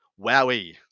wowie